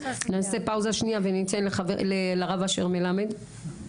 נעשה פאוזה שנייה ונעבור לרב אשר מלמד.